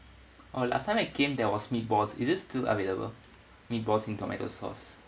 oh last time I came there was meatballs is it still available meatballs in tomato sauce